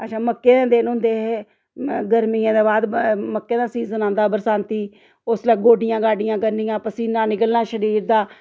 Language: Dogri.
अच्छा मक्कें दे दिन होंदे हे गर्मियें दे बाद मक्कें दा सीजन आंदा बरसांती उसलै गोडिया गाडियां करनियां पसीना निकलना शरीर दा